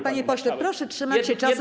Panie pośle, proszę trzymać się czasu.